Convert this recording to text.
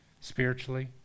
spiritually